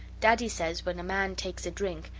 daddy says when a man takes a drink,